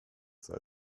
sei